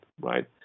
right